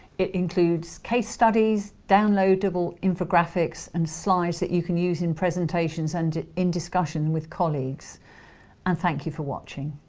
it includes case studies, downloadable infographics and slides that you can use in presentations and in discussion with colleagues and thank you for watching.